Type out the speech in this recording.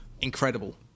incredible